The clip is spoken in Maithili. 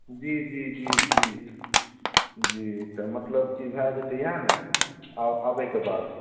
जी जी जी जी जी तऽ मतलब की भए जेतय इएह ने आबयके बाद